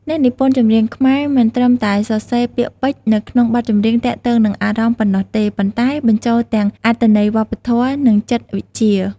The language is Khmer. អ្នកនិពន្ធចម្រៀងខ្មែរមិនត្រឹមតែសរសេរ ពាក្យពេចន៍នៅក្នងបទចម្រៀងទាក់ទងនឹងអារម្មណ៍ ប៉ុណ្ណោះទេ ប៉ុន្តែ បញ្ចូលទាំងអត្ថន័យវប្បធម៌ និងចិត្តវិជ្ជា។